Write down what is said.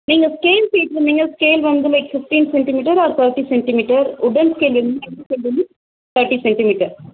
நீங்கள் ஸ்கேல் கேட்டுருந்தீங்கள் ஸ்கேல் வந்து like fifteen centimetre or thirty centimetre wooden scale வேணுமா எந்த ஸ்கேல் வேணும் தேர்ட்டி சென்டிமீட்டர்